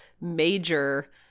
major